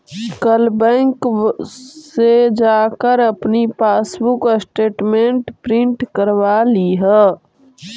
कल बैंक से जाकर अपनी पासबुक स्टेटमेंट प्रिन्ट करवा लियह